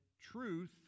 truth